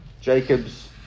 Jacob's